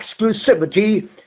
exclusivity